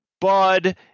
Bud